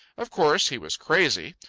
of course he was crazy.